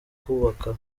kubaka